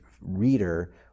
reader